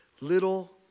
Little